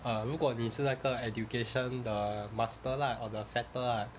err 如果你是那个 education the master lah on the setter lah